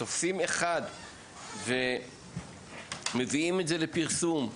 תופסים אחד ומביאים את זה לפרסום.